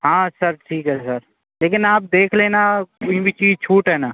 हाँ सर ठीक है सर लेकिन आप देख लेना कोई भी चीज छूटे ना